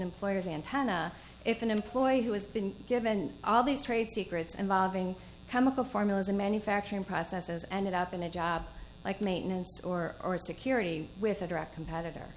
employer's antenna if an employee who has been given all these trade secrets involving chemical formulas and manufacturing processes ended up in a job like maintenance or or security with a direct competitor